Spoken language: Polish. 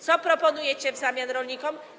Co proponujecie w zamian rolnikom?